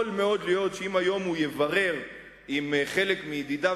יכול מאוד להיות שאם היום הוא יברר עם חלק מידידיו